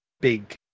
big